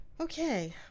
Okay